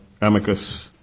Amicus